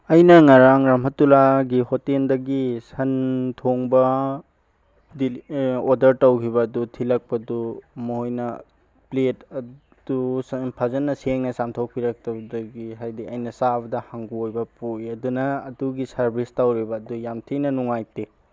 ꯑꯩꯅ ꯉꯔꯥꯡ ꯔꯥꯝꯍꯠꯇꯨꯜꯂꯥꯒꯤ ꯍꯣꯇꯦꯜꯗꯒꯤ ꯁꯟ ꯊꯣꯡꯕ ꯑꯣꯗꯔ ꯇꯧꯈꯤꯕ ꯑꯗꯨ ꯊꯤꯜꯂꯛꯄꯗꯨ ꯃꯈꯣꯏꯅ ꯄ꯭ꯂꯦꯠ ꯑꯗꯨ ꯐꯖꯅ ꯁꯦꯡꯅ ꯆꯥꯝꯊꯣꯛꯄꯤꯔꯛꯇꯕꯗꯒꯤ ꯍꯥꯏꯕꯗꯤ ꯑꯩꯅ ꯆꯥꯕꯗ ꯍꯪꯒꯣꯏꯕ ꯄꯣꯛꯏ ꯑꯗꯨꯅ ꯑꯗꯨꯒꯤ ꯁꯔꯕꯤꯁ ꯇꯧꯔꯤꯕ ꯑꯗꯨ ꯌꯥꯝ ꯊꯤꯅ ꯅꯨꯡꯉꯥꯏꯇꯦ